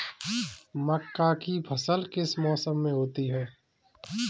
मक्का की फसल किस मौसम में होती है?